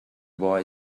boy